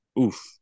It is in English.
Oof